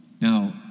Now